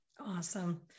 Awesome